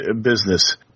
business